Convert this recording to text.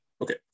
Okay